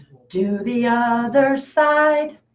do the other side.